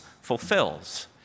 fulfills